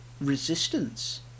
resistance